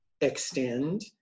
extend